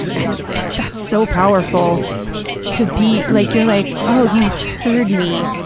and that's so powerful to be like, you're like, oh, you heard me.